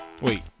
Wait